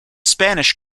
spanish